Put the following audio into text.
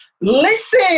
listen